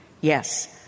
Yes